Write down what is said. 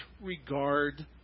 regard